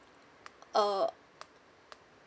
uh